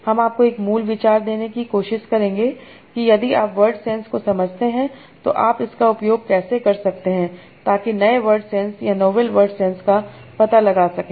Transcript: हम आपको एक मूल विचार देने की कोशिश करेंगे कि यदि आप वर्ड सेंस को समझते हैं तो आप इसका उपयोग कैसे कर सकते हैं ताकि नए वर्ड सेंस या नोवेल वर्ड सेंस का पता लगा सकें